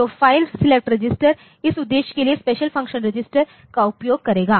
तो file select register इस उद्देश्य के लिए स्पेशल फंक्शन रजिस्टर का उपयोग करेगा